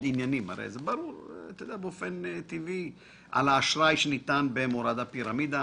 עניינים על האשראי שניתן במורד הפירמידה,